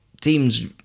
teams